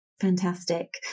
fantastic